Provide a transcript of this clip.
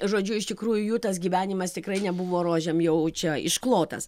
žodžiu iš tikrųjų jų tas gyvenimas tikrai nebuvo rožėm jau čia išklotas